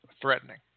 Threatening